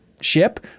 ship